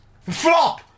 flop